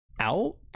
out